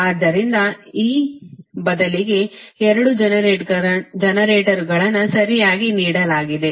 ಆದ್ದರಿಂದ ಈ ಬದಲಿಗೆ 2 ಜನರೇಟರ್ಗಳನ್ನು ಸರಿಯಾಗಿ ನೀಡಲಾಗಿದೆ